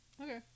Okay